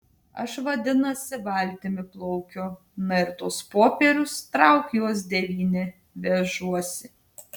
aš vadinasi valtimi plaukiu na ir tuos popierius trauk juos devyni vežuosi